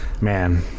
man